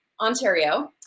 Ontario